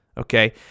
Okay